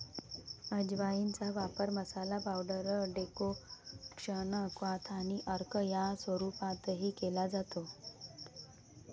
अजवाइनचा वापर मसाला, पावडर, डेकोक्शन, क्वाथ आणि अर्क या स्वरूपातही केला जातो